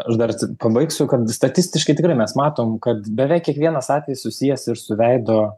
aš dar pabaigsiu kad statistiškai tikrai mes matom kad beveik kiekvienas atvejis susijęs ir su veido